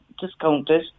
discounted